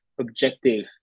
objective